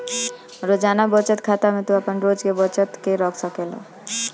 रोजाना बचत खाता में तू आपन रोज के बचत के रख सकेला